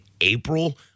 April